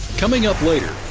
coming up later.